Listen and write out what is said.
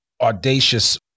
audacious